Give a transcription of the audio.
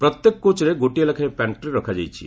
ପ୍ରତ୍ୟେକ କୋଚ୍ରେ ଗୋଟିଏ ଲେଖାଏଁ ପାଣ୍ଟ୍ରି ରଖାଯାଇଛି